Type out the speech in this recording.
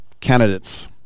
candidates